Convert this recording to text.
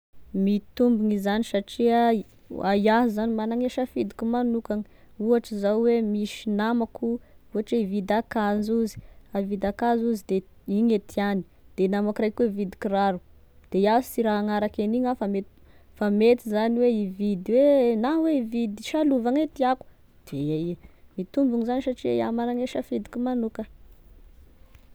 Mitombiny izany satria a- iaho zany magnane e safidiko magnokany, ohatry zao hoe misy namako ohatry hoe hividy akanzo izy de igny e tiàgny de namako ray koa mividy kiraro, de iaho sy raha hagnaraky an'igny ah fa met- fa mety zany hoe hoidy hoe na hoe hividy salova gne tiàko, de mitombiny izany satria iaho magnany e safidiko magnoka.